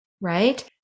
Right